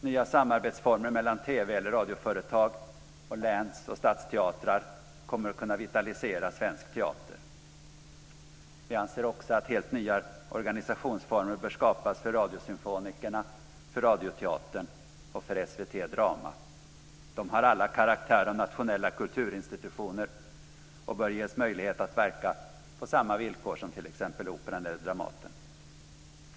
Nya samarbetsformer mellan TV eller radioföretag och läns och stadsteatrar kommer att kunna vitalisera svensk teater. Vi anser också att helt nya organisationsformer bör skapas för Radiosymfonikerna, Radioteatern och SVT Drama. De har alla karaktär av nationella kulturinstitutioner och bör ges möjlighet att verka på samma villkor som t.ex. Operan eller Dramaten.